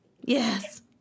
Yes